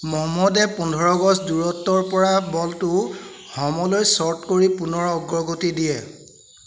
মহম্মদে পোন্ধৰ গজ দূৰত্বৰপৰা বলটো হমলৈ শ্লট কৰি পুনৰ অগ্ৰগতি দিয়ে